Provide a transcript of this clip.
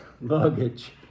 luggage